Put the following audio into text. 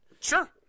Sure